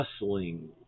bustling